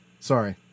Sorry